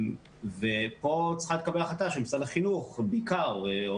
פה צריכה להתקבל החלטה של משרד החינוך בעיקר או